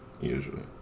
Usually